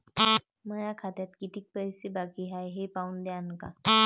माया खात्यात कितीक पैसे बाकी हाय हे पाहून द्यान का?